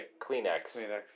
Kleenex